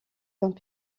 vingt